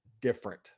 different